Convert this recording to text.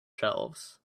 shelves